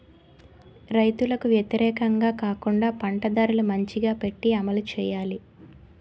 రైతులకు వ్యతిరేకంగా కాకుండా పంట ధరలు మంచిగా పెట్టి అమలు చేయాలి